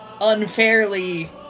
unfairly